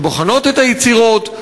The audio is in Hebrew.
שבוחנות את היצירות,